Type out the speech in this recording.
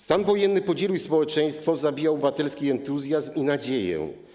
Stan wojenny podzielił społeczeństwo, zabijał obywatelski entuzjazm i nadzieję.